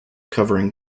covering